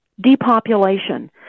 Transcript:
depopulation